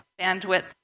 bandwidth